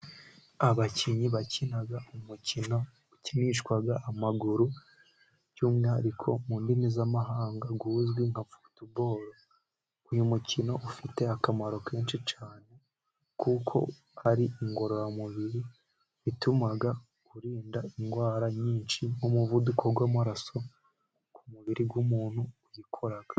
Abakinnyi bakina umukino ukinishwa amaguru by'umwihariko mu ndimi z'amahanga uzwi nka futuboro, uyu mukino ufite akamaro kenshi cyane kuko ari ingororamubiri ituma wirinda indwara nyinshi nk'umuvuduko w'amaraso ku mubiri w'umuntu uyikora.